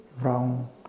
wrong